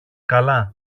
καλά